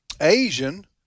Asian